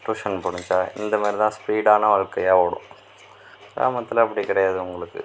tuition போணுச்சா இந்தமாதிரி தான் ஸ்பீடான வாழ்க்கையாக ஓடும் கிராமத்தில் அப்படி கிடையாது உங்களுக்கு